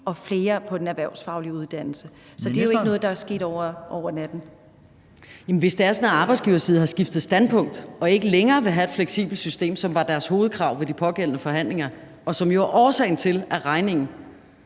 Børne- og undervisningsministeren (Pernille Rosenkrantz-Theil): Hvis det er sådan, at arbejdsgiversiden har skiftet standpunkt og ikke længere vil have et fleksibelt system, som var deres hovedkrav ved de pågældende forhandlinger, og som jo er årsagen til, at regningen